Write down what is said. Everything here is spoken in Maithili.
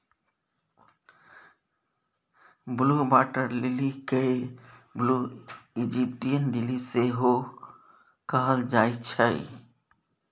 ब्लु बाटर लिली केँ ब्लु इजिप्टियन लिली सेहो कहल जाइ छै